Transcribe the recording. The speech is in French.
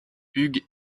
hugues